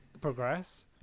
progress